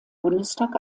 bundestag